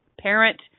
parent